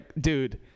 dude